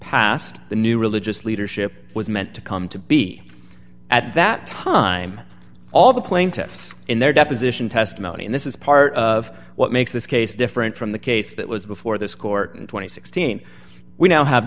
passed the new religious leadership was meant to come to be at that time all the plaintiffs in their deposition testimony and this is part of what makes this case different from the case that was before this court and two thousand and sixteen we now have